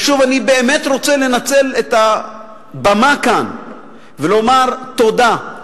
אני באמת רוצה לנצל את הבמה כאן ולומר תודה,